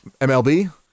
MLB